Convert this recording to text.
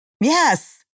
Yes